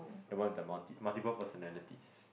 the one with the multi multiple personalities